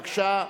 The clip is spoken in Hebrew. בבקשה.